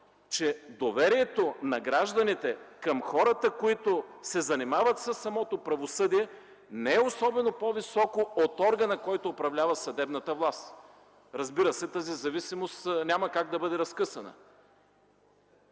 че доверието на гражданите към хората, които се занимават със самото правосъдие, не е особено по-високо от органа, който управлява съдебната власт. Разбира се, тази зависимост няма как да бъде разкъсана.